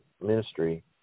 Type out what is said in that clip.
ministry